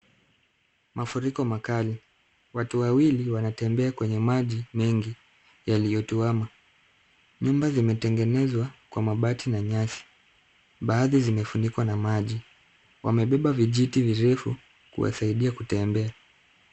Mafuriko makali, watu wawili wanatembea kwenye maji mengi, yaliyotuama, nyumba zimetengenezwa kwa mabati na nyasi. Baadhi zimefunikwa na maji. Wamebeba vijiti virefu, kuwasaidia kutembea.